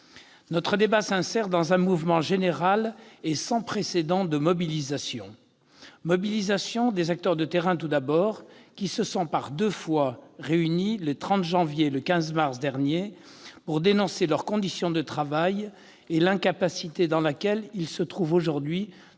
Notre débat s'insère dans un mouvement général et sans précédent de mobilisation. Mobilisation des acteurs de terrain tout d'abord, qui se sont par deux fois réunis les 30 janvier et 15 mars derniers pour dénoncer leurs conditions de travail et l'incapacité dans laquelle ils se trouvent aujourd'hui